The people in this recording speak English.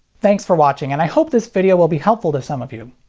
thanks for watching, and i hope this video will be helpful to some of you.